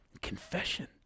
confession